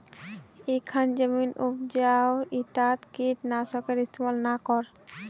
इखन जमीन उपजाऊ छ ईटात कीट नाशकेर इस्तमाल ना कर